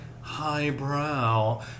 highbrow